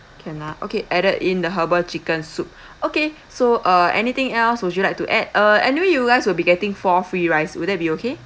can ah okay added in the herbal chicken soup okay so uh anything else would you like to add uh anyway you guys will be getting four free rice would that be okay